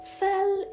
fell